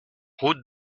route